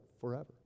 forever